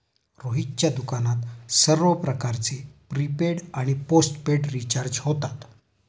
रोहितच्या दुकानात सर्व प्रकारचे प्रीपेड आणि पोस्टपेड रिचार्ज होतात